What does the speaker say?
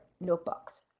notebooks